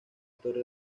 torre